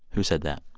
who said that?